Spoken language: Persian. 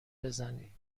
بزنی